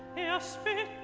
now spinning